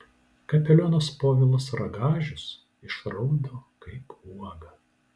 kapelionas povilas ragažius išraudo kaip uoga